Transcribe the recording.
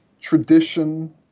tradition